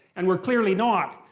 and we're clearly not.